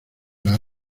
las